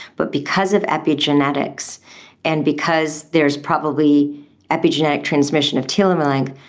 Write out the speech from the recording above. but because of epigenetics and because there's probably epigenetic transmission of telomere length,